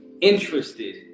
interested